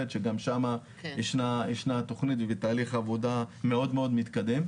שגם שם ישנה תכנית והיא בתהליך עבודה מאוד מתקדם,